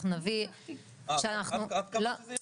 את קבעת שזה ירד?